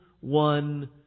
one